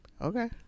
Okay